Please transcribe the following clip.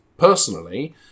Personally